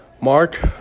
Mark